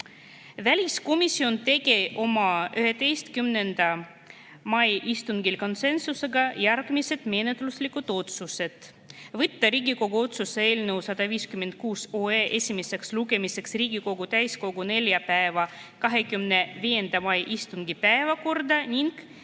Väliskomisjon tegi oma 11. mai istungil konsensusega järgmised menetluslikud otsused: võtta Riigikogu otsuse eelnõu 156 esimeseks lugemiseks Riigikogu täiskogu neljapäeva, 25. mai istungi päevakorda, viia